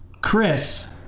Chris